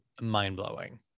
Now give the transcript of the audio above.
mind-blowing